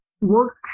work